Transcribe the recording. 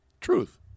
Truth